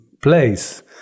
place